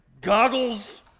goggles